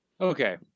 Okay